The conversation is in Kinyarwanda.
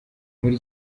muri